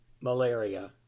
malaria